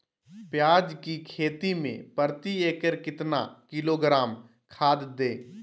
प्याज की खेती में प्रति एकड़ कितना किलोग्राम खाद दे?